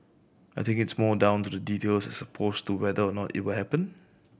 I think it's more down to the details as opposed to whether or not it will happen